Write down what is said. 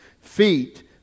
Feet